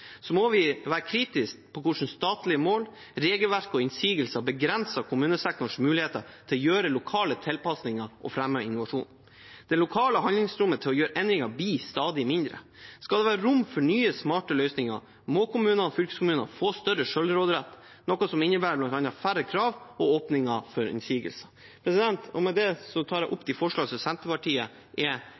må vi være kritiske til hvordan statlige mål, regelverk og innsigelser begrenser kommunesektorens muligheter til å gjøre lokale tilpasninger og fremme innovasjon. Det lokale handlingsrommet til å gjøre endringer blir stadig mindre. Skal det være rom for nye, smarte løsninger, må kommuner og fylkeskommuner få større selvråderett, noe som bl.a. innebærer færre krav og åpninger for innsigelser. Med det tar jeg opp forslaget som Senterpartiet står bak alene. Ikke minst minner jeg om at det er